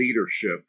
leadership